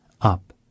up